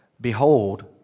Behold